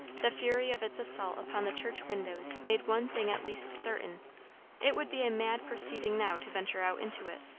the fury of its assault upon the church windows made one thing at least certain it would be a mad proceeding now to venture out into it,